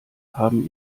haben